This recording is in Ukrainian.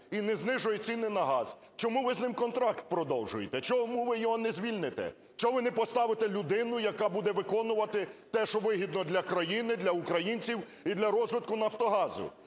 і не знижує ціни на газ, чому ви з ним контракт продовжуєте, чому ви його не звільните? Чому ви не поставите людину, яка буде виконувати те, що вигідно для країни, для українців і для розвитку "Нафтогазу"?